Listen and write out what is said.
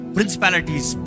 Principalities